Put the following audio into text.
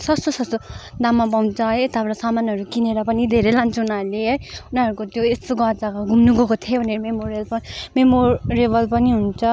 सस्तो सस्तो दाममा पाउँछ है यताबाट सामानहरू किनेर पनि धेरै लान्छ उनीहरूले है उनीहरूको त्यो यस्तो गर्दाको घुम्नु गएको थिएँ भनेर मेमोरेबल मेमोरेबल पनि हुन्छ